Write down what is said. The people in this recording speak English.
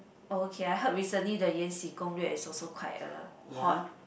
okay ah recently the 延禧攻略:Yan Xi Gong lue is also quite a hot